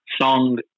song